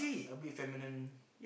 a bit feminine